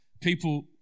people